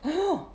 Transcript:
!wow!